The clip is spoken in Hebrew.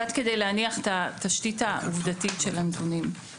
אני מבקשת להניח קצת את התשתית העובדתית של הנתונים.